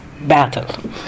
battle